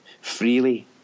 freely